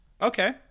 Okay